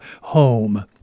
home